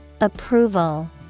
Approval